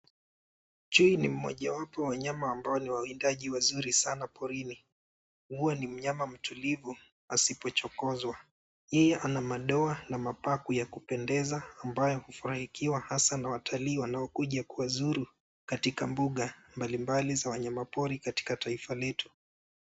Chui ni mmojawapo wa wanyama ambao ni wawindaji wazuri sana porini, hua ni mnyama mtulivu asipochokozwa. Yeye ana madoa na mapaku ya kupendeza, ambaye hufurahikiwa hasa na watalii wanaokuja kuwazuru katika mbuga mbalimbali za wanyamapori katika taifa letu.